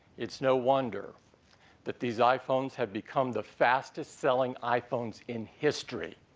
it's no wonder that these iphones have become the fastest selling iphones in history.